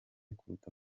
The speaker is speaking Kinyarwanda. kuruta